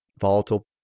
volatile